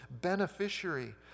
beneficiary